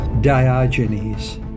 Diogenes